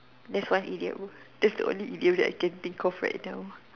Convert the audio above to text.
that's one idiom that's the only idiom that I can think of right now